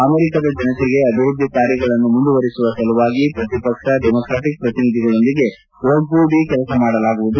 ಅಮೆರಿಕದ ಜನತೆಗೆ ಅಭಿವೃದ್ಧಿ ಕಾರ್ಯಗಳನ್ನು ಮುಂದುವರೆಸುವ ಸಲುವಾಗಿ ಪ್ರತಿಪಕ್ಷ ಡೆಮೊಕ್ರಾಟಿಕ್ ಪ್ರತಿನಿಧಿಗಳೊಂದಿಗೆ ಒಗ್ಗೂಡಿ ಕೆಲಸ ಮಾಡಲಾಗುವುದು